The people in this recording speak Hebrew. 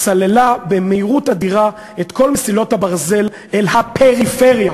סללה במהירות אדירה את כל מסילות הברזל אל הפריפריה.